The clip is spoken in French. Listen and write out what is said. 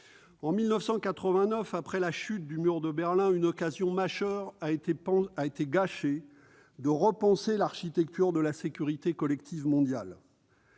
En 1989, après la chute du mur de Berlin, une occasion majeure de repenser l'architecture de la sécurité collective mondiale